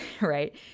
right